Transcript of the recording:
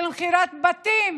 של מכירת בתים